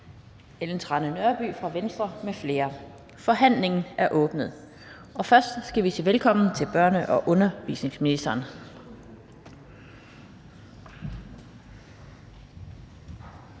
(Annette Lind): Vi genoptager mødet. Forhandlinger er åbnet. Og først skal vi sige velkommen til børne- og undervisningsministeren.